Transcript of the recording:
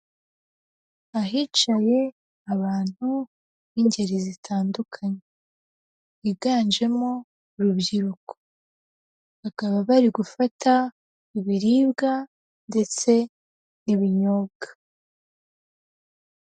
Ahicaye abantu b'ingeri zitandukanye biganjemo urubyiruko, bakaba bari gufata ibiribwa ndetse n'ibinyobwa.